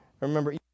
remember